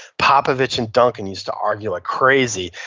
popovich and duncan used to argue like crazy.